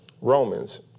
Romans